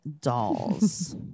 dolls